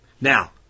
Now